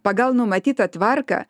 pagal numatytą tvarką